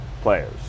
players